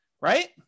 right